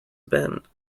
bend